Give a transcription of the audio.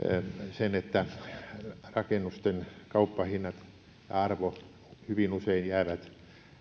sen että rakennusten kauppahinnat ja arvo hyvin usein jäävät